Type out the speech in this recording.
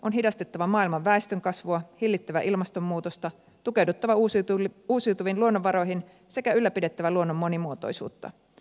on hidastettava maailman väestönkasvua hillittävä ilmastonmuutosta tukeuduttava uusiutuviin luonnonvaroihin sekä ylläpidettävä luonnon monimuotoisuutta